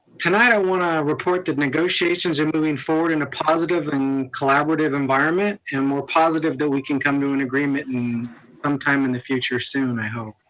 tonight i wanna report the negotiations in moving forward in a positive and collaborative environment, and we're positive that we can come to an agreement and in some um time in the future soon i hope.